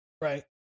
Right